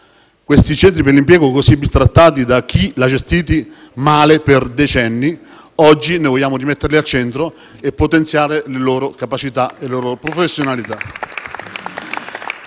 Questi centri per l'impiego, così bistrattati da chi li ha gestiti male per decenni, oggi noi vogliamo rimetterli al centro, potenziandone capacità e professionalità.